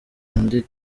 undi